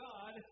God